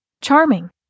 charming